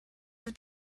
have